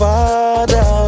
Father